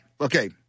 Okay